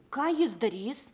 ką jis darys